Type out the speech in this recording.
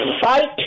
fight